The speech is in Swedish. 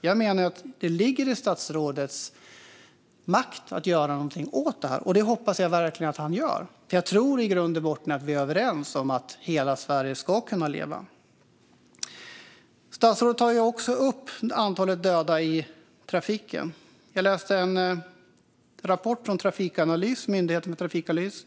Jag menar att det ligger i statsrådets makt att göra något åt detta. Det hoppas jag verkligen att han gör, för jag tror att vi i grund och botten är överens om att hela Sverige ska kunna leva. Statsrådet tog upp antalet döda i trafiken. Jag läste en rapport från april från myndigheten Trafikanalys.